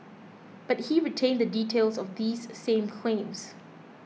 but he retained the details of these same claims